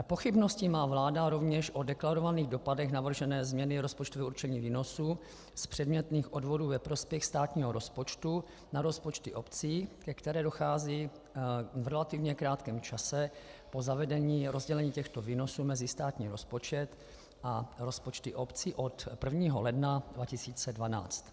Pochybnosti má vláda rovněž o deklarovaných dopadech navržené změny rozpočtového určení výnosu z předmětných odvodů ve prospěch státního rozpočtu na rozpočty obcí, ke které dochází v relativně krátkém čase po zavedení rozdělení těchto výnosů mezi státní rozpočet a rozpočty obcí od 1. ledna 2012.